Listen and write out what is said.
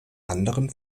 anderen